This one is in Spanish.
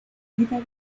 vida